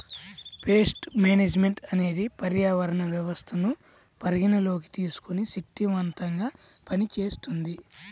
paste management అనేది పర్యావరణ వ్యవస్థను పరిగణలోకి తీసుకొని శక్తిమంతంగా పనిచేస్తుంది